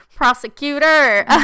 prosecutor